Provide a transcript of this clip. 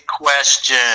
question